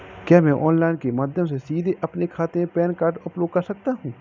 क्या मैं ऑनलाइन के माध्यम से सीधे अपने खाते में पैन कार्ड अपलोड कर सकता हूँ?